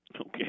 Okay